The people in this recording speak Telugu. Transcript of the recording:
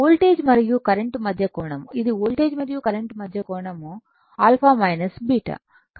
వోల్టేజ్ మరియు కరెంట్ మధ్య కోణం ఇది వోల్టేజ్ మరియు కరెంట్ మధ్య కోణం α β